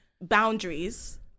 boundaries